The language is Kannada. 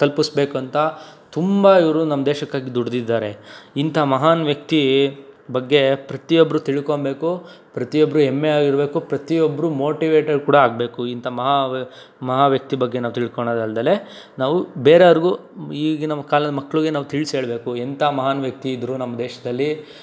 ತಲ್ಪಿಸ್ಬೇಕಂತ ತುಂಬ ಇವರು ನಮ್ಮ ದೇಶಕ್ಕಾಗಿ ದುಡಿದಿದ್ದಾರೆ ಇಂಥ ಮಹಾನ್ ವ್ಯಕ್ತಿ ಬಗ್ಗೆ ಪ್ರತಿಯೊಬ್ರೂ ತಿಳ್ಕೊಳ್ಬೇಕು ಪ್ರತಿಯೊಬ್ರೂ ಹೆಮ್ಮೆಯಾಗಿರ್ಬೇಕು ಪ್ರತಿಯೊಬ್ರೂ ಮೋಟಿವೇಟೆಡ್ ಕೂಡ ಆಗಬೇಕು ಇಂಥ ಮಹಾ ಮಹಾ ವ್ಯಕ್ತಿ ಬಗ್ಗೆ ನಾವು ತಿಳ್ಕೊಳದಲ್ದೆಲೆ ನಾವು ಬೇರೆಯವರ್ಗು ಈಗಿನ ಕಾಲದ ಮಕ್ಳಿಗೆ ನಾವು ತಿಳ್ಸಿ ಹೇಳಬೇಕು ಎಂಥ ಮಹಾನ್ ವ್ಯಕ್ತಿ ಇದ್ದರು ನಮ್ಮ ದೇಶದಲ್ಲಿ